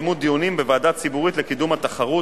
מאוד מפריע שמקיימים דיונים מתחת לדוכן.